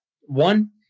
one